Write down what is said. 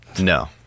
No